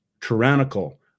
tyrannical